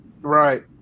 Right